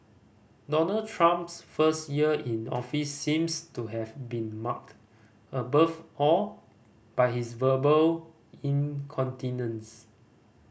Donald Trump's first year in office seems to have been marked above all by his verbal incontinence